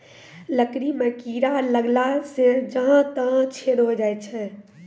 लकड़ी म कीड़ा लगला सें जहां तहां छेद होय जाय छै